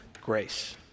grace